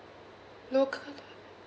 local